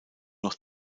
noch